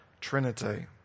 trinity